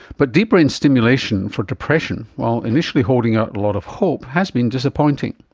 but deep brain stimulation for depression, while initially holding up a lot of hope, has been disappointing.